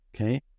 okay